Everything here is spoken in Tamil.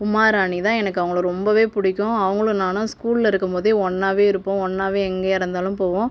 உமாராணி தான் எனக்கு அவங்களை ரொம்பவே பிடிக்கும் அவங்களும் நானும் ஸ்கூலில் இருக்கும் போதே ஒன்றாவே இருப்போம் ஒன்றாவே எங்கேயா இருந்தாலும் போவோம்